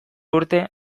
urte